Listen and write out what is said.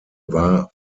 war